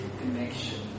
connection